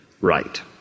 right